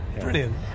Brilliant